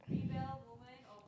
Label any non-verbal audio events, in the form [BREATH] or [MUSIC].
[BREATH]